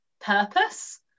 purpose